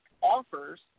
offers